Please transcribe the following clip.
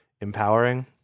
empowering